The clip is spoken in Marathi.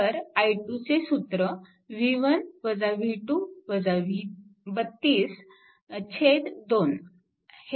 तर i2 चे सूत्र 2 हे आहे